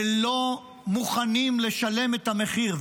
ולא מוכנים לשלם את המחיר.